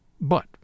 But